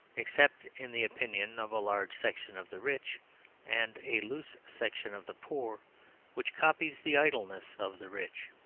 except in the opinion of a large section of the rich and a loose section of the poor which copies the idleness of the rich.